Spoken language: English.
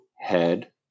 head